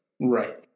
right